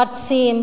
מרצים,